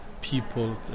people